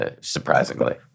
surprisingly